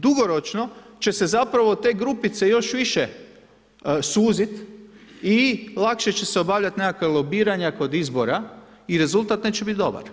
Dugoročno će se zapravo te grupice još više suzit i lakše će se obavljat nekakva lobiranja kod izbora i rezultat neće bit dobar.